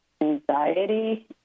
anxiety